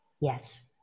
yes